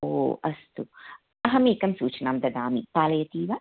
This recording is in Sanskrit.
ओ अस्तु अहमेकां सूचनां ददामि पालयति वा